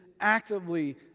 actively